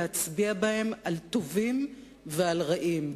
להצביע בהם על טובים ועל רעים,